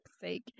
sake